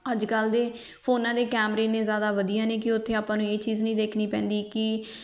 ਅੱਜ ਕੱਲ੍ਹ ਦੇ ਫੋਨਾਂ ਦੇ ਕੈਮਰੇ ਨੇ ਜ਼ਿਆਦਾ ਵਧੀਆ ਨੇ ਕਿ ਉੱਥੇ ਆਪਾਂ ਨੂੰ ਇਹ ਚੀਜ਼ ਨਹੀਂ ਦੇਖਣੀ ਪੈਂਦੀ ਕਿ